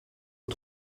aux